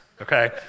okay